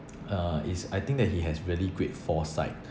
uh is I think that he has really great foresight